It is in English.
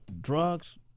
drugs